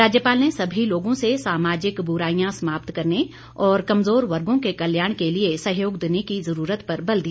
राज्यपाल ने सभी लोगों से सामाजिक बुराईयां समाप्त करने और कमजोर वर्गों के कल्याण के लिए सहयोग देने की जरूरत पर बल दिया